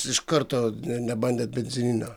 iš karto nebandėt benzininio